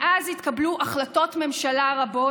מאז התקבלו החלטות ממשלה רבות,